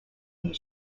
these